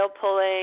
pulling